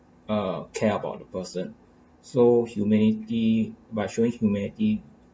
ah care about the person so humility by showing humility